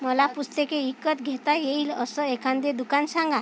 मला पुस्तके विकत घेता येईल असं एखादे दुकान सांगा